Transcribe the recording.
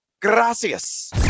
Gracias